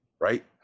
right